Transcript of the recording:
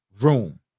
room